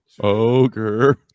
Ogre